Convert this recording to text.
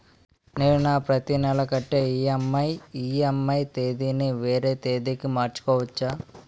నేను నా ప్రతి నెల కట్టే ఈ.ఎం.ఐ ఈ.ఎం.ఐ తేదీ ని వేరే తేదీ కి మార్చుకోవచ్చా?